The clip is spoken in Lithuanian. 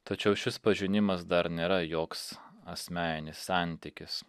tačiau šis pažinimas dar nėra joks asmeninis santykis